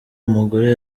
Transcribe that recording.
umugore